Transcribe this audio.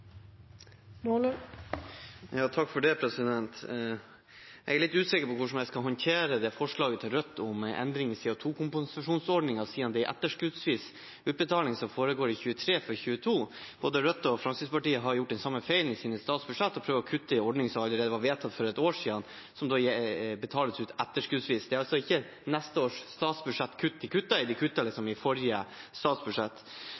litt usikker på hvordan man skal håndtere forslaget til Rødt om endring i CO 2 -kompensasjonsordningen, siden det er en etterskuddsvis utbetaling for 2022 som foregår i 2023. Både Rødt og Fremskrittspartiet har gjort den samme feilen i sine statsbudsjett og prøver å kutte i en ordning som allerede var vedtatt for et år siden, der det betales ut etterskuddsvis. Det er altså ikke neste års statsbudsjett de kutter i, de